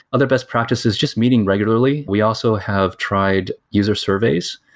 other best practices, just meeting regularly, we also have tried user surveys,